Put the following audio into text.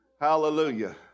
Hallelujah